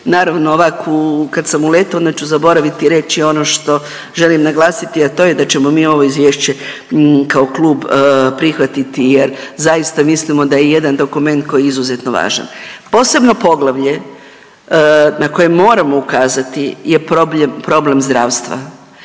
Naravno ovako kad sam u letu onda ću zaboraviti reći ono što želim naglasiti, a to je da ćemo mi ovo izvješće kao klub prihvatiti jer zaista mislimo da je jedan dokument koji je izuzetno važan. Posebno poglavlje na koje moramo ukazati je problem zdravstva,